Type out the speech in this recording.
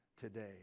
today